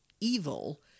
evil